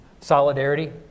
Solidarity